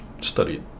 studied